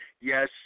Yes